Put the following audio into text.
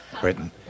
Britain